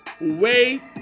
wait